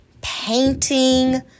painting